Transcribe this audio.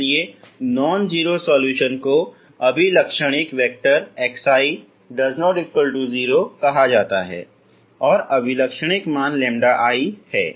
इसलिए non zero solution को अभिलक्षणिक वेक्टर Xi ≠0 कहा जाता है और अभिलक्षणिक मान λi है